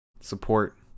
support